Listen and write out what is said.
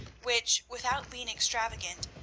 which, without being extravagant,